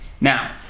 Now